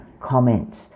comments